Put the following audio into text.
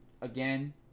again